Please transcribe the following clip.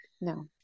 No